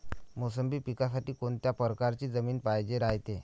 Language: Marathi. मोसंबी पिकासाठी कोनत्या परकारची जमीन पायजेन रायते?